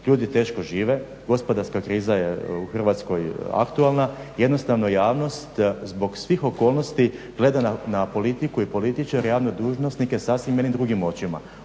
Ljudi teško žive, gospodarska kriza je u Hrvatskoj aktualna. Jednostavno javnost zbog svih okolnosti gleda na politiku i političare, javne dužnosnike sasvim jednim drugim očima.